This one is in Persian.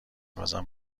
بازم